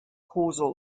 causal